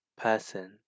person